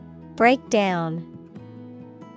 Breakdown